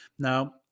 Now